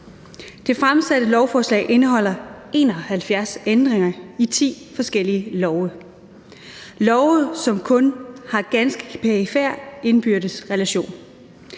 Det fremsatte lovforslag indeholder 71 ændringer i 10 forskellige love – love, som kun har ganske perifer indbyrdes relation.